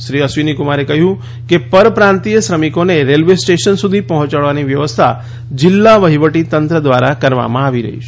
શ્રી અશ્વિનીકુમારે કહ્યું કે પરપ્રાંતીય શ્રમિકોને રેલવે સ્ટેશન સુધી પહોંચાડવાની વ્યવસ્થા જિલ્લા વહીવટીતંત્ર દ્વારા કરવામાં આવી રહી છે